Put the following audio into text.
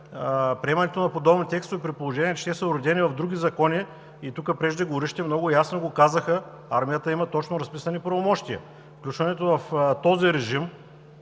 приемането на подобни текстове, при положение че те са уредени в други закони, и тук преждеговорившите много ясно го казаха – армията има точно разписани правомощия, включването в този режим